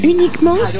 Uniquement